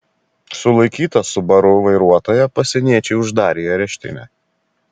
sulaikytą subaru vairuotoją pasieniečiai uždarė į areštinę